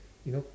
you know